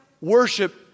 worship